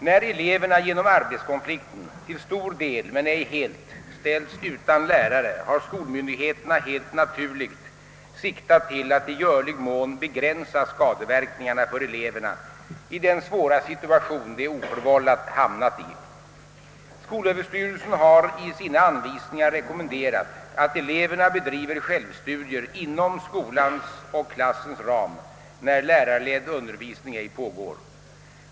När eleverna genom arbetskonflikten till stor del men ej helt ställts utan lärare har skolmyndigheterna helt naturligt siktat till att i görlig mån begränsa skadeverkningarna för eleverna i den svåra situation de oförvållat hamnat i. Skolöverstyrelsen har i sina anvisningar rekommenderat, att eleverna bedriver självstudier inom skolans och klassens ram när lärarledd undervisning ej pågår.